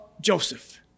Joseph